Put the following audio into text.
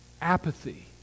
Apathy